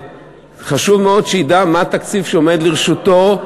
וחשוב מאוד שידע מה התקציב שעומד לרשותו,